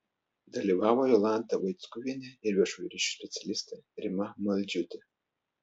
dalyvavo jolanta vaickuvienė ir viešųjų ryšių specialistė rima maldžiūtė